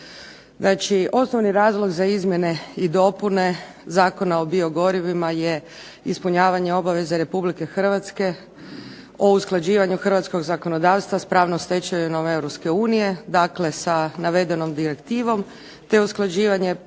Znači, osnovni razlog za izmjene i dopune Zakona o biogorivima je ispunjavanje obaveze RH o usklađivanju hrvatskog zakonodavstva s pravnom stečevinom EU. Dakle, sa navedenom direktivom te usklađivanje